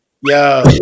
Yo